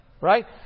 Right